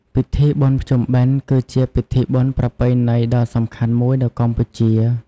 ពិធីបុណ្យភ្ជុំបិណ្ឌ គឺជាពិធីបុណ្យប្រពៃណីដ៏សំខាន់មួយនៅកម្ពុជា។